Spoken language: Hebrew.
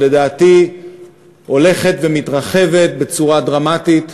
שלדעתי הולכת ומתרחבת בצורה דרמטית,